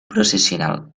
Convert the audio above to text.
processional